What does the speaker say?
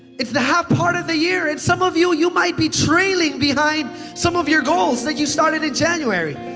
it's the half part of the year and some of you, you might be trailing behind some of your goals that you started in january.